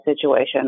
situation